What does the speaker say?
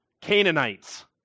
Canaanites